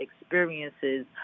experiences